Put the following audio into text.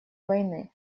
войны